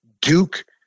Duke